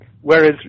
Whereas